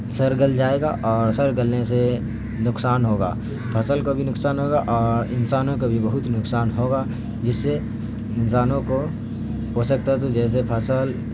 سڑ گل جائے گا اور سڑ گلنے سے نقصان ہوگا فصل کو بھی نقصان ہوگا اور انسانوں کا بھی بہت نقصان ہوگا جس سے انسانوں کو پوشک تتو جیسے فصل